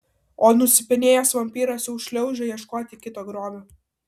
o nusipenėjęs vampyras jau šliaužia ieškoti kito grobio